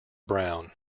brown